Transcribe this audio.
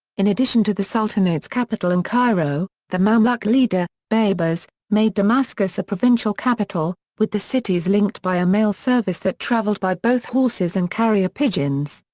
in addition to the sultanate's capital in cairo, the mamluk leader, baibars, made damascus a provincial capital, with the cities linked by a mail service that traveled by both horses and carrier pigeons.